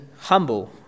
humble